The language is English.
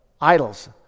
Idols